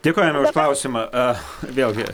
dėkojame už klausimą vėlgi